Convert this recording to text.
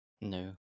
No